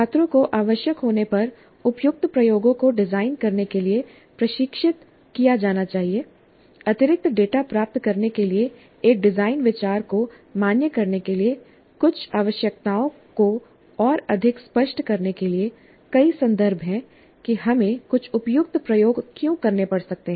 छात्रों को आवश्यक होने पर उपयुक्त प्रयोगों को डिजाइन करने के लिए प्रशिक्षित किया जाना चाहिए अतिरिक्त डेटा प्राप्त करने के लिए एक डिजाइन विचार को मान्य करने के लिए कुछ आवश्यकताओं को और अधिक स्पष्ट करने के लिए कई संदर्भ हैं कि हमें कुछ उपयुक्त प्रयोग क्यों करने पड़ सकते हैं